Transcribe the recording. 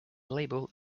labeled